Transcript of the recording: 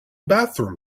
bathroom